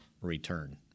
return